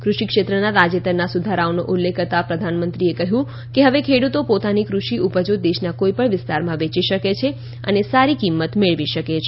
કૃષિ ક્ષેત્રના તાજેતરના સુધારાઓનો ઉલ્લેખ કરતા પ્રધાનમંત્રીએ કહ્યું કે હવે ખેડૂતો પોતાની કૃષિ ઉપજો દેશના કોઈપણ વિસ્તારમાં વેચી શકે છે અને સારી કિંમત મેળવી શકે છે